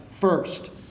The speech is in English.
First